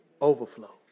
overflow